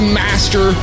master